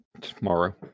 tomorrow